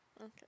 Okay